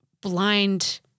blind